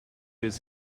his